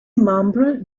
membre